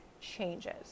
changes